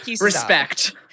Respect